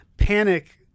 Panic